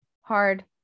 hard